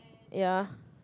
ya